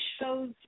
shows